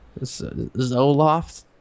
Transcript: Zoloft